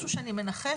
משהו שאני מנחשת,